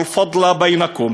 (אומר דברים בשפה בערבית ומתרגמם:)